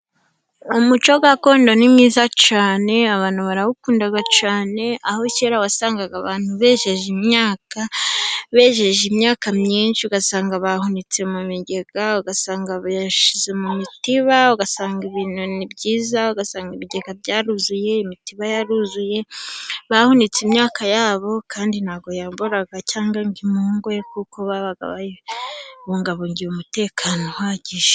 Umuco gakondo ni mwiza cyane abantu barawukunda cyane aho kera wasangaga abantu bejeje imyaka bejeje imyaka myinshi, ugasanga bahunitse mu bigega ugasanga ba yashyize mu mitiba ugasanga ibintu ni byiza. Ugasanga ibigega byaruzuye, imitiba yaruzuye, bahunitse imyaka yabo kandi ntago yaboraga cyangwa ngo imugwe kuko babaga babungabungira umutekano uhagije.